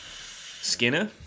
Skinner